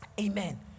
Amen